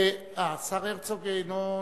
השר הרצוג אינו נוכח,